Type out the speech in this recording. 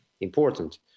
important